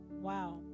wow